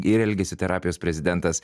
ir elgesio terapijos prezidentas